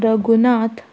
Raghunath